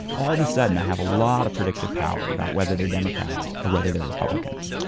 all of the sudden, i have a lot of predictive power about whether they're democrats or whether they're republicans